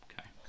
Okay